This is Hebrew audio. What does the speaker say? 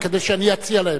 כדי שאני אציע להם,